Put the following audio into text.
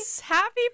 Happy